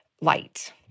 light